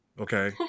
Okay